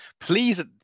Please